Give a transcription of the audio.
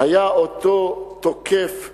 האם היה אותו תוקף "זוכה"